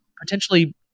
potentially